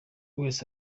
wese